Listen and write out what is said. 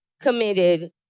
committed